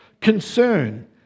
concern